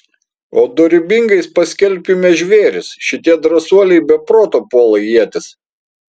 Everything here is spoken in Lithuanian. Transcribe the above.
o dorybingais paskelbkime žvėris šitie drąsuoliai be proto puola ietis